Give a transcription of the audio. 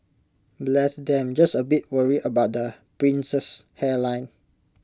bless them just A bit worried about the prince's hairline